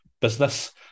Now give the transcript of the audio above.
business